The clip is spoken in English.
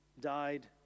died